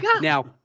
Now